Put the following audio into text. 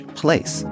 place